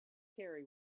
carry